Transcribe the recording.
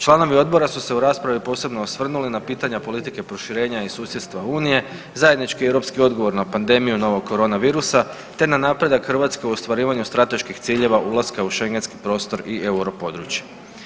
Članovi odbora su se u raspravi posebno osvrnuli na pitanja politike proširenja iz susjedstva Unije, zajednički europski odgovor na pandemiju novog korona virusa te na napredak Hrvatske u ostvarivanju strateških ciljeva ulaska u Schengenski prostor i euro područje.